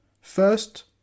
First